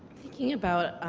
thinking about